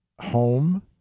home